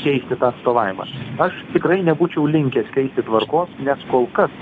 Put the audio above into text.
keisti tą atstovavimą aš tikrai nebūčiau linkęs keisti tvarkos nes kol kas